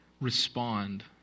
respond